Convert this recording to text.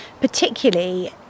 particularly